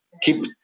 Keep